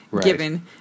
given